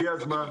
הגיע הזמן,